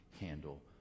handle